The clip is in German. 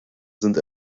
sind